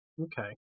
Okay